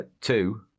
two